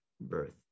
birth